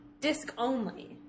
disc-only